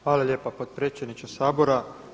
Hvala lijepo potpredsjedniče Sabora.